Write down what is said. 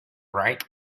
right